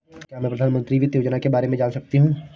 क्या मैं प्रधानमंत्री वित्त योजना के बारे में जान सकती हूँ?